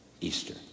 Easter